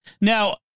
Now